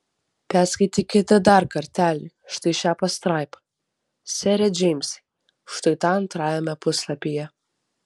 perskaitykite dar kartelį štai šią pastraipą sere džeimsai štai tą antrajame puslapyje